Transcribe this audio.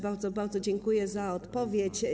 Bardzo, bardzo dziękuję za odpowiedź.